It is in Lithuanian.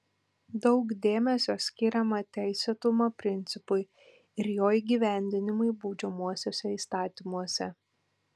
daug dėmesio skiriama teisėtumo principui ir jo įgyvendinimui baudžiamuosiuose įstatymuose